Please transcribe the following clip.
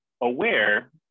aware